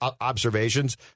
observations